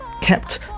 kept